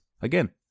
Again